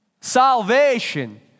salvation